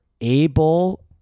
able